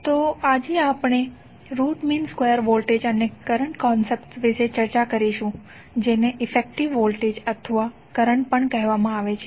તો આજે આપણે રુટ મીન સ્ક્વેર વોલ્ટેજ અને કરંટ કન્સેપ્ટ વિશે ચર્ચા કરીશું જેને ઇફેકટીવ વોલ્ટેજ અથવા કરંટ પણ કહેવામાં આવે છે